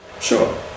sure